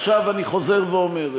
אני חוזר ואומר,